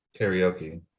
karaoke